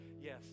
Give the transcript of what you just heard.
Yes